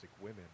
women